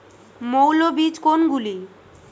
মৌল বীজ কোনগুলি?